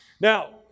Now